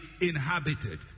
inhabited